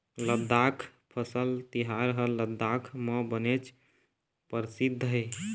लद्दाख फसल तिहार ह लद्दाख म बनेच परसिद्ध हे